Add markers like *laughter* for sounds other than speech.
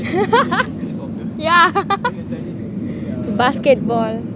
*laughs* yeah *laughs* basketball